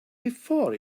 before